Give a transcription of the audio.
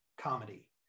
comedy